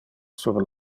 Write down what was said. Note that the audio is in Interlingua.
sur